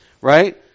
right